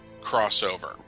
crossover